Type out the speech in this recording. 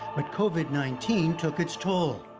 but covid nineteen took its toll.